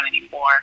anymore